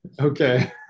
Okay